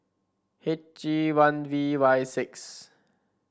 H E one V Y six